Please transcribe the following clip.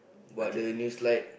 what the new slide